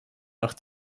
nach